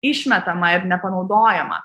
išmetama ir nepanaudojama